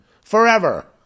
forever